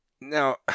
Now